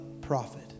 prophet